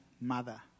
mother